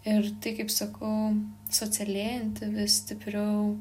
ir tai kaip sakau socialėjanti vis stipriau